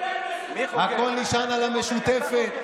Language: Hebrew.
יותר מסוכן, הכול נשען על המשותפת.